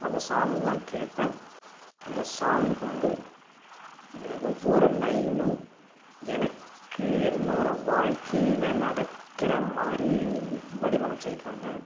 அந்த சாங்கெலாம் கேட்பேன் அந்த சாங் வந்து ஒவ்வொரு லைனும் எனக்கு என்னோட வாழ்க்கையில நடக்கிற மாதிரி வடிவமைத்து இருக்காங்க